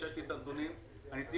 מותר